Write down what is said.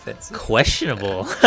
Questionable